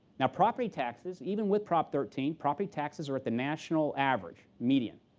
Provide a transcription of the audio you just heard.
now, property taxes, even with prop. thirteen, property taxes are at the national average, median.